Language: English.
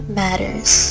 matters